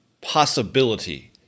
possibility